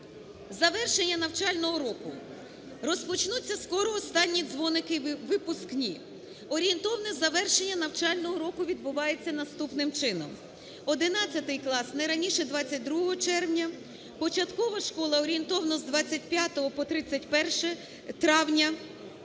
завершення навчального року. Розпочнуться скоро останні дзвоники, випускні. Орієнтовне завершення навчального року відбувається наступним чином: 11-й клас – не раніше 22 червня, початкова школа – орієнтовно з 25 по 31 травня,